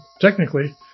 technically